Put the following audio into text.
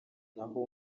naho